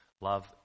Love